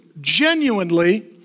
genuinely